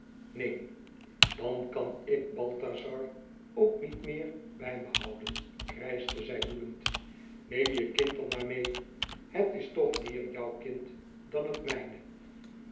neen dan kan ik balthazar ook niet meer bij me houden krijschte zij woedend neem je kind dan maar meê het is toch meer jouw kind dan het mijne